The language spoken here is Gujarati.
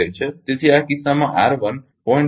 તેથી આ કિસ્સામાં R1 0